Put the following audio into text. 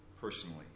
personally